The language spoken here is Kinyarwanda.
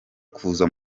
kuza